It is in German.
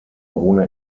ohne